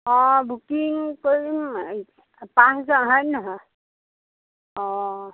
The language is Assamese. অঁ বুকিং কৰিম পাঁচজন হয় নহয় অঁ